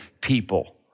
people